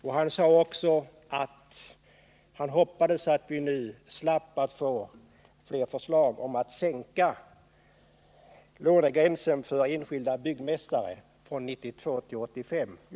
Kjell A. Mattsson hoppades också att vi nu skulle slippa fler förslag om en sänkning av lånegränsen för enskilda byggmästare från 92 96 till 85 96.